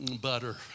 Butter